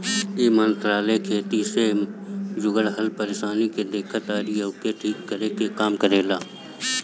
इ मंत्रालय खेती से जुड़ल हर परेशानी के देखेला अउरी ओके ठीक करे के काम करेला